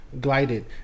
glided